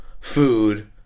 Food